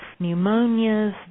pneumonias